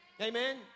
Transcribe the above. Amen